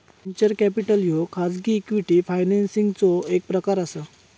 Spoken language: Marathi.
व्हेंचर कॅपिटल ह्यो खाजगी इक्विटी फायनान्सिंगचो एक प्रकार असा